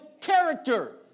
character